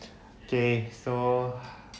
okay so